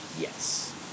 Yes